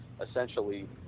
essentially